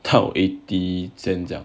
到 eighty cents 到